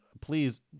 please